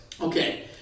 Okay